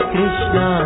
Krishna